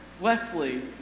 Wesley